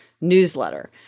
newsletter